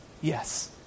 Yes